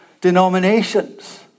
denominations